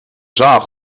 zaag